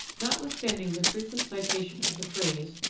notwithstanding the frequent citation of the phrase,